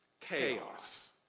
Chaos